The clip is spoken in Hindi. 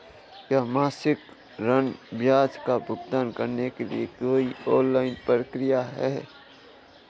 क्या मासिक ऋण ब्याज का भुगतान करने के लिए कोई ऑनलाइन प्रक्रिया है?